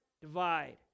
divide